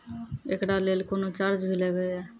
एकरा लेल कुनो चार्ज भी लागैये?